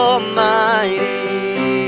Almighty